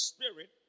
Spirit